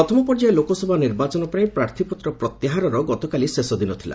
ପ୍ରଥମ ପର୍ଯ୍ୟାୟ ଲୋକସଭା ନିର୍ବାଚନ ପାଇଁ ପ୍ରାର୍ଥୀପତ୍ର ପ୍ରତ୍ୟାହାରର ଗତକାଲି ଶେଷ ଦିନ ଥିଲା